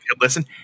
listen